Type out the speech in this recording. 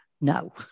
no